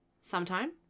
sometime